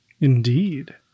Indeed